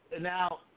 now